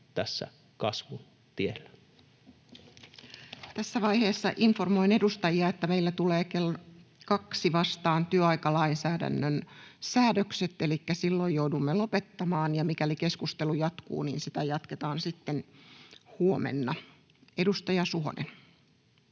01:48 Content: Tässä vaiheessa informoin edustajia, että meillä tulevat kello kaksi vastaan työaikalainsäädännön säädökset, elikkä silloin joudumme lopettamaan. Mikäli keskustelu jatkuu, niin sitä jatketaan sitten huomenna. — Edustaja Suhonen.